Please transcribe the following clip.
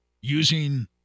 using